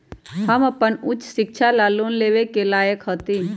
हम अपन उच्च शिक्षा ला लोन लेवे के लायक हती?